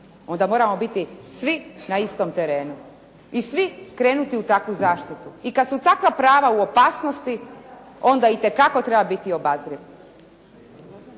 onda moramo biti svi na istom terenu i svi krenuti u takvu zaštitu. I kad su takva prava u opasnosti onda itekako treba biti obazriv.